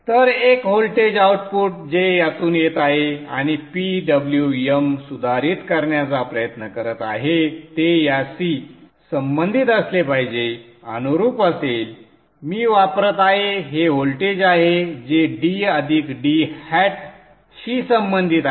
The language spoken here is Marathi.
तर एक व्होल्टेज आउटपुट जे यातून येत आहे आणि PWM सुधारित करण्याचा प्रयत्न करत आहे ते याशी संबंधित असले पाहिजे अनुरूप असेल मी वापरत आहे हे व्होल्टेज आहे जे D अधिक D hat शी संबंधित आहे